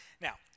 Now